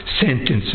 sentences